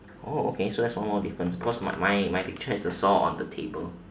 oh okay so that's one more difference because my my picture is the saw on the table